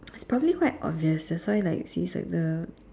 is probably quite obvious that's why like he's like the